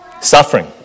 Suffering